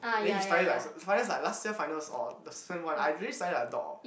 then you study like like last year finals or the sem one I really study like a dog orh